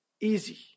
easy